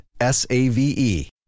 S-A-V-E